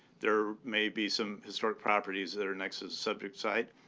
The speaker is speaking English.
there may be some historic properties that are next subject site.